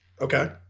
Okay